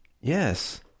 yes